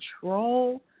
control